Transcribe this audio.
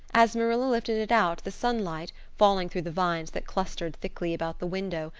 as marilla lifted it out, the sunlight, falling through the vines that clustered thickly about the window,